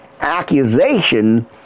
accusation